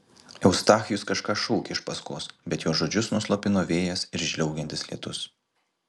eustachijus kažką šaukė iš paskos bet jo žodžius nuslopino vėjas ir žliaugiantis lietus